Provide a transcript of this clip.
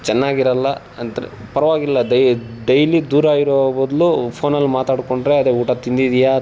ಚೆನ್ನಾಗಿರಲ್ಲ ಅಂದ್ರೆ ಪರವಾಗಿಲ್ಲ ದೈ ಡೈಲಿ ದೂರ ಇರೋ ಬದಲು ಫೋನಲ್ಲಿ ಮಾತಾಡಿಕೊಂಡ್ರೆ ಅದೆ ಊಟ ತಿಂದಿದ್ದೀಯಾ